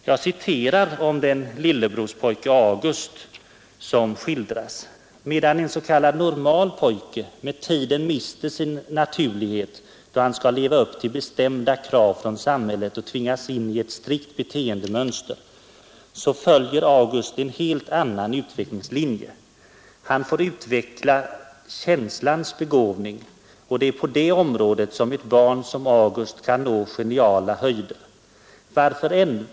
Jag citerar en kommentar om den Lillebror — han heter August — som skildras: ”Medan en s.k. normal pojke med tiden mister sin naturlighet då han skall leva upp till bestämda krav från samhället och tvingas in i ett strikt beteendemönster, så följer August en helt annan utvecklingslinje. Han får utveckla känslans begåvning — och det är på det området som ett barn som August kan nå värdera eller nedvärdera olika s.k. handikapp eller avvike geniala höjder.